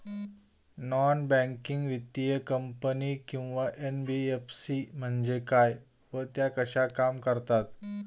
Non banking वित्तीय company किंवा NBFC म्हणजे काय व त्या कशा काम करतात?